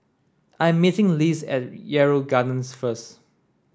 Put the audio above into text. I'm meeting Liz at Yarrow Gardens first